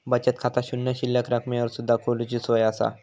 बचत खाता शून्य शिल्लक रकमेवर सुद्धा खोलूची सोया असा